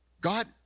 God